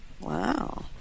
Wow